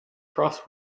cross